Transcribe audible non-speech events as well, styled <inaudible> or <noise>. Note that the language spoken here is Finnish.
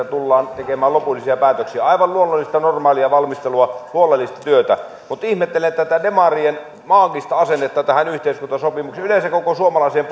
<unintelligible> tullaan tekemään lopullisia päätöksiä aivan luonnollista normaalia valmistelua huolellista työtä mutta ihmettelen tätä demarien maagista asennetta tähän yhteiskuntasopimukseen yleensä koko suomalaiseen <unintelligible>